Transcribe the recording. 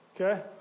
Okay